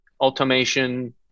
automation